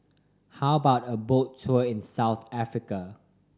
how about a boat tour in South Africa